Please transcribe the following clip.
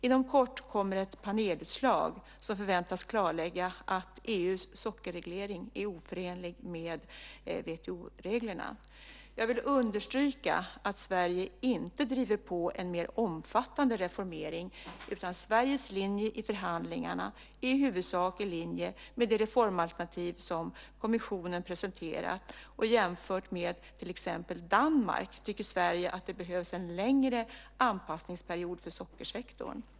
Inom kort kommer ett panelutslag som förväntas klarlägga att EU:s sockerreglering är oförenlig med WTO-reglerna. Jag vill understryka att Sverige inte driver på en mer omfattande reformering utan Sveriges linje i förhandlingarna är i huvudsak i linje med det reformalternativ som kommissionen presenterat och jämfört med till exempel Danmark tycker Sverige att det behövs en längre anpassningsperiod för sockersektorn.